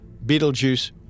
Betelgeuse